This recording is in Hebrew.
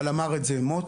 אבל אמר את זה מוטי.